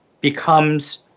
becomes